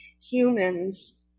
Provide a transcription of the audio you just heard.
humans